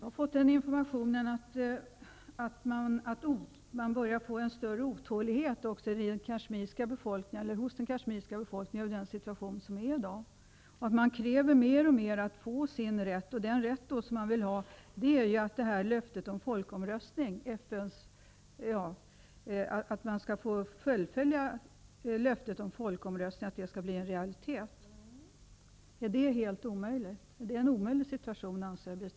Herr talman! Jag har fått information om att också Kashmirs befolkning börjar känna en större otålighet över den situation som råder i dag. Mer och mer kräver man sin rätt. Den rätt som man eftersträvar gäller folkomröstningen. Man vill att löftet om en folkomröstning skall bli infriat. Anser biståndsministern att det är en omöjlighet?